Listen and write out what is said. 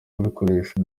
kubikoresha